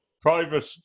private